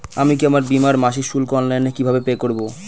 আমি কি আমার বীমার মাসিক শুল্ক অনলাইনে কিভাবে পে করব?